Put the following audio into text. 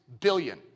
billion